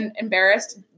embarrassed